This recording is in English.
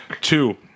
Two